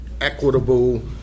equitable